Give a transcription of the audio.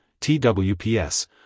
TWPS